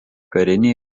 karinė